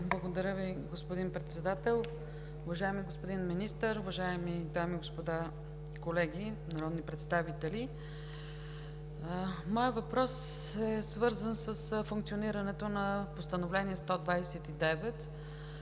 Благодаря Ви, господин Председател. Уважаеми господин Министър, уважаеми дами и господа народни представители! Моят въпрос е свързан с функционирането на Постановление № 129,